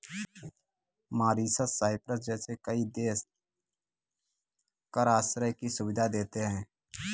Mauritius, Cyprus जैसे कई देश कर आश्रय की सुविधा देते हैं